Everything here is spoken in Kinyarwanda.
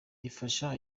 ifasha